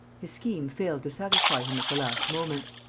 his scheme failed to satisfy him at the last moment.